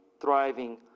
thriving